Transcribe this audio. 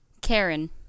Karen